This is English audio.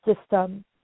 system